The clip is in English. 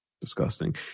Disgusting